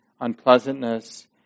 unpleasantness